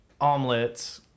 omelets